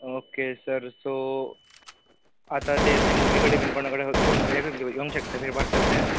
okay sir so आतां ते तुज्या मम्मी कडेन बीन कोणा कडेन कोण हे घेवक योंक शकतली हे पार्सल तें